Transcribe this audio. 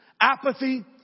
Apathy